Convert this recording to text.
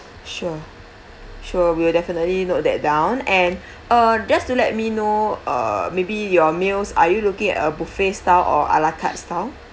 sure sure we will definitely note that down and uh just to let me know uh maybe your meals are you looking at a buffet style or a la carte style